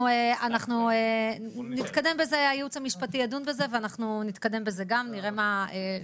צריך לא לשכוח גם מהם.